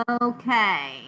Okay